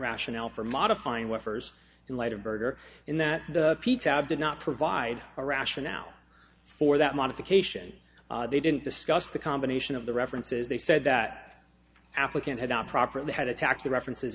rationale for modifying workers in light of murder in that p tab did not provide a rationale for that modification they didn't discuss the combination of the references they said that applicant had not properly had attacked the references